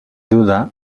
duda